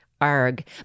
arg